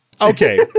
Okay